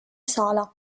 sala